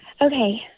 Okay